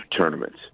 tournaments